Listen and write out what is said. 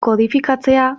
kodifikatzea